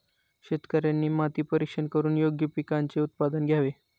शेतकऱ्यांनी माती परीक्षण करून योग्य पिकांचे उत्पादन घ्यावे